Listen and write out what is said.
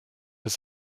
bis